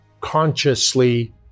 consciously